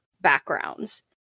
backgrounds